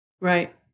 Right